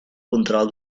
control